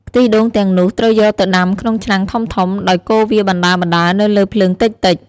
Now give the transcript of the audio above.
ខ្ទិះដូងទាំងនោះត្រូវយកទៅដាំក្នុងឆ្នាំងធំៗ ដោយកូរវាបណ្តើរៗនៅលើភ្លើងតិចៗ។